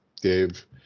Dave